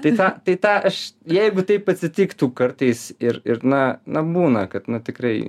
tai tą tai tą aš jeigu taip atsitiktų kartais ir ir na na būna kad tikrai